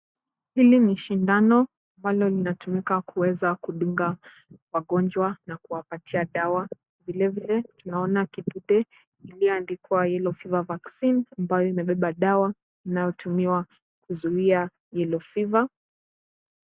Hili ni shindano ambalo linatumika kuweza kudunga wagonjwa na kuwapatia dawa, vilevile tunaona kidude iliyoandikwa yellow fever vaccine ambayo imebeba dawa inayotumiwa kuzuia yellow fever .